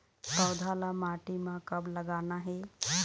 पौधा ला माटी म कब लगाना हे?